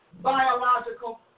biological